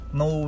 no